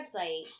website